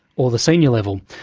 or the senior level.